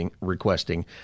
Requesting